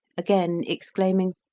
again exclaiming,